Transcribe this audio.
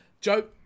Joe